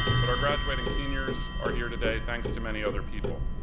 but our graduating seniors are here today thanks to many other people.